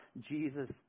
Jesus